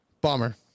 Bomber